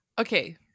Okay